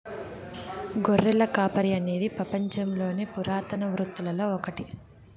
గొర్రెల కాపరి అనేది పపంచంలోని పురాతన వృత్తులలో ఒకటి